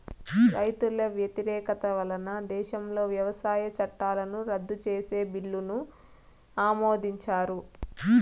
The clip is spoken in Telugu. రైతుల వ్యతిరేకత వలన దేశంలో వ్యవసాయ చట్టాలను రద్దు చేసే బిల్లును ఆమోదించారు